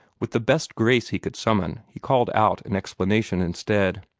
with the best grace he could summon, he called out an explanation instead.